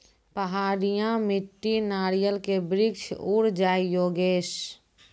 पहाड़िया मिट्टी नारियल के वृक्ष उड़ जाय योगेश?